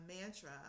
mantra